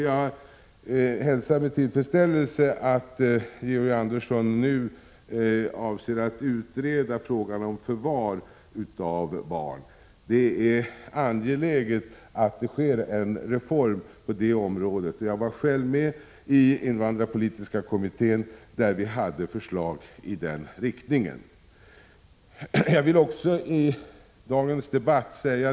Jag hälsar med tillfredsställelse att Georg Andersson nu avser att utreda frågan om förvar av barn. Det är angeläget att det blir en reform på detta område. Jag var själv med i invandrarpolitiska kommittén där vi framställde förslag i denna riktning.